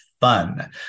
fun